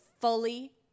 fully